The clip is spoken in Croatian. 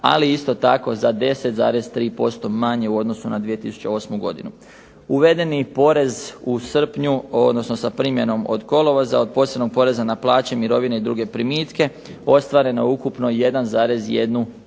ali isto tako za 10,3% manje u odnosu na 2008. godinu. Uvedeni porez u srpnju, odnosno sa primjenom od kolovoza od posebnog poreza na plaće, mirovine i druge primitke ostvareno je ukupno 1,1